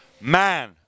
man